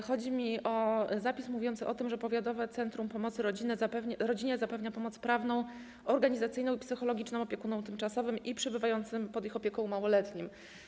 Chodzi mi o zapis mówiący o tym, że powiatowe centrum pomocy rodzinie zapewnia pomoc prawną, organizacyjną i psychologiczną opiekunom tymczasowym i przebywającym pod ich opieką małoletnim.